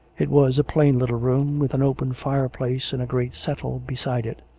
it was a plain little room, with an open fireplace and a great settle beside it.